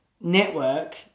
network